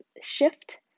shift